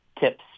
tips